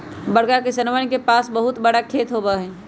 बड़का किसनवन के पास बहुत बड़ा खेत होबा हई